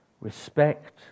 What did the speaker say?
respect